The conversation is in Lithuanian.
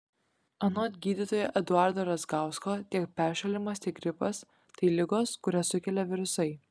anot gydytojo eduardo razgausko tiek peršalimas tiek gripas tai ligos kurias sukelia virusai